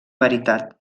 veritat